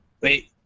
Wait